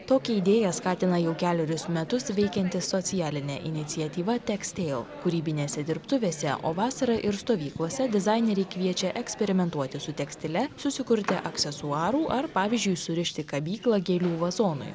tokią idėją skatina jau kelerius metus veikianti socialinė iniciatyva tekstėl kūrybinėse dirbtuvėse o vasarą ir stovyklose dizaineriai kviečia eksperimentuoti su tekstile susikurti aksesuarų ar pavyzdžiui surišti kabyklą gėlių vazonui